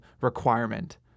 requirement